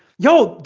yo,